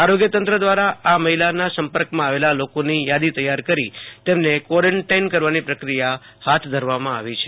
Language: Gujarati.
આરોગ્યતંત્ર દ્રારા આ મહિલાના સંપર્કમાં આવેલ લોકોની યાદી તૈયાર કરી તેમને ક્વોરન્ટાઈન કરાવાની પ્રક્રિયા હાથ ધરવામાં આવી છે